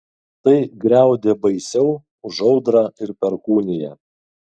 tai griaudė baisiau už audrą ir perkūniją